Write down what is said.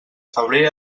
febrer